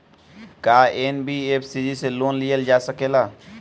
का एन.बी.एफ.सी से लोन लियल जा सकेला?